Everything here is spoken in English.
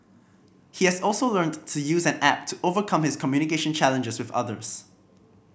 he has also learnt to use an app to overcome his communication challenges with others